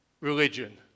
Religion